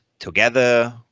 Together